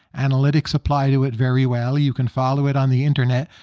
analytics apply to it very well. you can follow it on the internet.